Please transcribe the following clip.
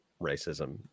racism